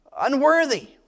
unworthy